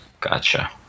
Gotcha